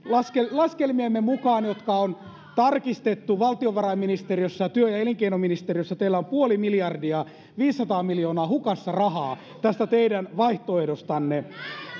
laskelmiemme mukaan jotka on tarkistettu valtiovarainministeriössä ja työ ja elinkeinoministeriössä teillä on puoli miljardia viisisataa miljoonaa hukassa rahaa tästä teidän vaihtoehdostanne